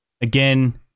again